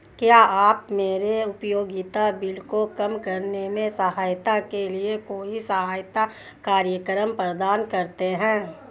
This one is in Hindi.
क्या आप मेरे उपयोगिता बिल को कम करने में सहायता के लिए कोई सहायता कार्यक्रम प्रदान करते हैं?